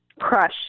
Crush